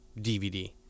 DVD